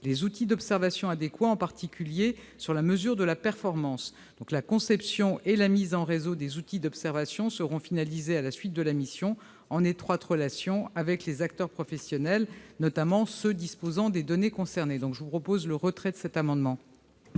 les outils d'observation adéquats, en particulier sur la mesure de la performance. La conception et la mise en réseau des outils d'observation seront donc finalisées à la suite de la mission, en étroite relation avec les acteurs professionnels, notamment ceux qui disposent des données concernées. Le Gouvernement sollicite le retrait de cet amendement.